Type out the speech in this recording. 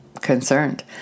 concerned